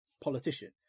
politician